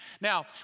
Now